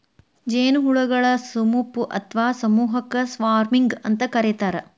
ಜೇನುಹುಳಗಳ ಸುಮಪು ಅತ್ವಾ ಸಮೂಹಕ್ಕ ಸ್ವಾರ್ಮಿಂಗ್ ಅಂತ ಕರೇತಾರ